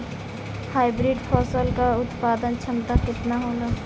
Hybrid फसल क उत्पादन क्षमता केतना होला?